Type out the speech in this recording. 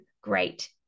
great